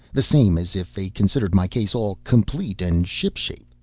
the same as if they considered my case all complete and shipshape.